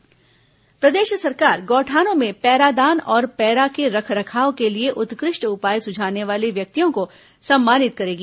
गौठान पैरा उपाए प्रदेश सरकार गौठानों में पैरा दान और पैरा के रखरखाव के लिए उत्कृष्ट उपाए सुझाने वाले व्यक्तियों को सम्मानित करेगी